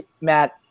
Matt